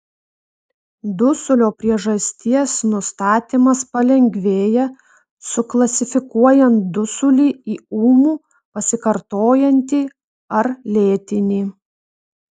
dusulio priežasties nustatymas palengvėja suklasifikuojant dusulį į ūmų pasikartojantį ar lėtinį